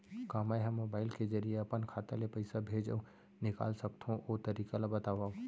का मै ह मोबाइल के जरिए अपन खाता ले पइसा भेज अऊ निकाल सकथों, ओ तरीका ला बतावव?